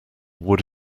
would